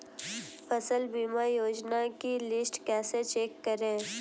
फसल बीमा योजना की लिस्ट कैसे चेक करें?